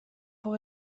voor